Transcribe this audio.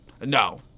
No